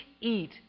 eat